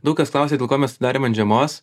daug kas klausia dėl ko mes atidarėm ant žiemos